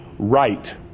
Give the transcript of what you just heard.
right